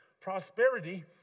prosperity